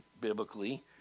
biblically